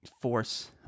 force